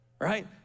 Right